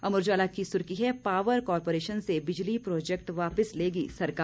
अमर उजाला की सुर्खी है पावर कॉरपोरेशन से बिजली प्रोजेक्ट वापिस लेगी सरकार